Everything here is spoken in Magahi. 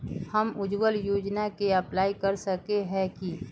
हम उज्वल योजना के अप्लाई कर सके है की?